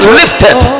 lifted